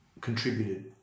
contributed